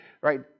right